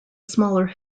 smaller